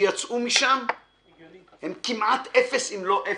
שיצאו משם הן כמעט אפס, אם לא אפס.